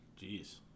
Jeez